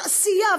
פתאום יש עשייה,